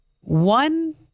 One